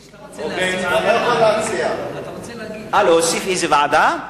אני צריך לומר איזו ועדה?